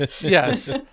Yes